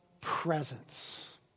presence